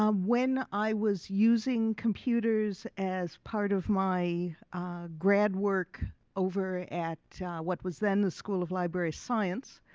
um when i was using computers as part of my grad work over at what was then the school of library science,